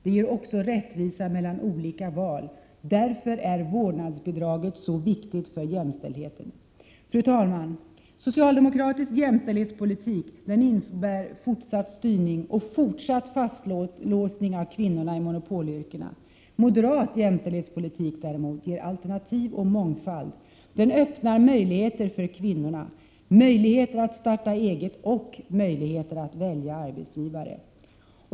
Det ger också rättvisa mellan olika val. Därför är vårdnadsbidraget så viktigt för jämställdheten. Fru talman! Socialdemokratisk jämställdhetspolitik innebär fortsatt styrning och fortsatt fastlåsning av kvinnorna i monopolyrkena. Moderat jämställdhetspolitik däremot ger alternativ och mångfald. Den öppnar möjligheter för kvinnorna — möjligheter att starta eget och möjligheter att välja arbetsgivare.